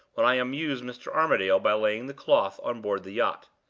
when i amused mr. armadale by laying the cloth on board the yacht.